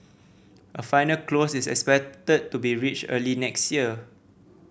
a final close is expected to be reached early next year